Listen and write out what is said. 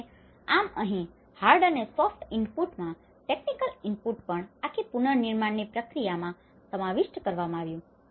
અને આમ અહીં હાર્ડ અને સોફ્ટ ઇનપુટમાં ટેકનિકલ ઈનપુટ પણ આખી પુનનિર્માણની પ્રક્રિયામાં સમાવિષ્ટ કરવામાં આવ્યા